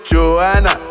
Joanna